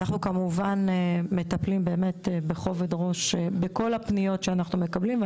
אנחנו מטפלים בכובד ראש בכל הפניות שאנחנו מקבלים.